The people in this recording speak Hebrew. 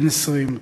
בן 20,